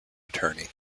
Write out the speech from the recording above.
attorney